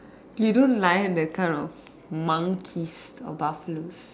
you don't layan that the kind of monkeys or buffaloes